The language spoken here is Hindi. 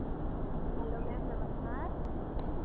हेलो मैम नमस्कार